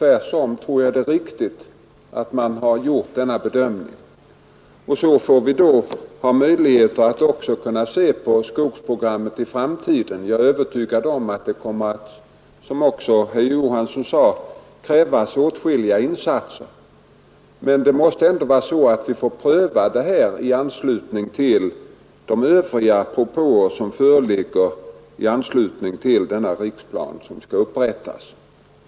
Tvärtom tror jag att denna bedömning har varit riktig. Och så får vi då möjligheter att se på skogsprogrammet i framtiden. Jag är övertygad om att det kommer att, som också herr Johansson i Holmgården sade, krävas åtskilliga insatser. Men dessa frågor måste prövas i samband med de övriga propåer, som föreligger i anslutning till den riksplan som skall upprättas.